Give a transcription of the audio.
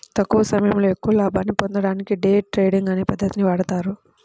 తక్కువ సమయంలో ఎక్కువ లాభాల్ని పొందడానికి డే ట్రేడింగ్ అనే పద్ధతిని వాడతారు